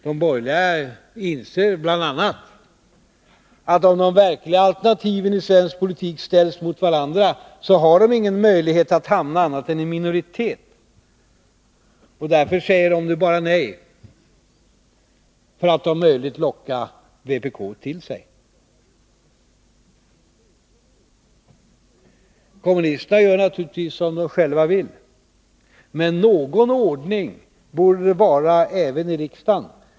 De borgerliga inser bl.a. att om de verkliga alternativen i svensk politik ställs mot varandra, har de ingen annan möjlighet än att hamna i minoritet. Därför säger de borgerliga nu bara nej — för att om möjligt locka vpk med sig. Kommunisterna gör naturligtvis som de själva vill. Men någon ordning borde det vara även i riksdagen.